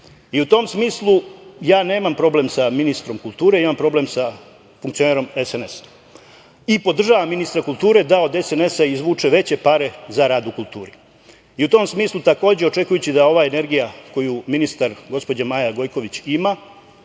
tom smislu, nemam problem sa ministrom kulture, imam problem sa funkcionerom SNS. Podržavam ministra kulture da od SNS izvuče veće pare za rad u kulturi.U tom smislu, takođe očekujući da ova energija koju ministar, gospođa Maja Gojković ima,